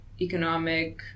economic